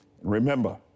Remember